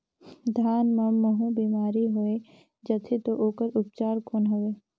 धान मां महू बीमारी होय जाथे तो ओकर उपचार कौन हवे?